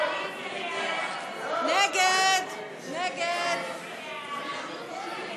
סעיף תקציבי 26, המשרד